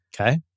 Okay